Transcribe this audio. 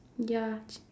ya ch~